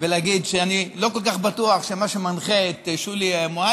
בלהגיד שאני לא כל כך בטוח שמה שמנחה את חברתי